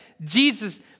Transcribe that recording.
Jesus